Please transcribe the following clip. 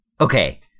Okay